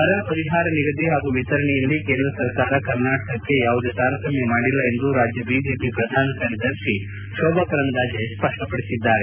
ಬರ ಪರಿಹಾರ ನಿಗದಿ ಹಾಗೂ ವಿತರಣೆಯಲ್ಲಿ ಕೇಂದ್ರ ಸರ್ಕಾರ ಕರ್ನಾಟಕಕ್ಕೆ ಯಾವುದೇ ತಾರತಮ್ಮ ಮಾಡಿಲ್ಲ ಎಂದು ರಾಜ್ಯ ಬಿಜೆಪಿ ಪ್ರಧಾನ ಕಾರ್ಯದರ್ಶಿ ಶೋಭಾ ಕರಂದ್ನಾಜೆ ಸಪ್ಪಪಡಿಸಿದ್ದಾರೆ